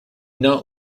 not